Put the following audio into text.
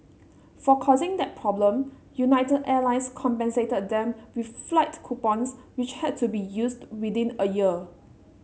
for causing that problem United Airlines compensated them with flight coupons which had to be used within a year